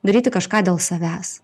daryti kažką dėl savęs